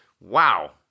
Wow